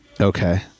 okay